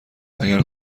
اگر